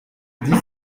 dix